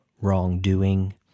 wrongdoing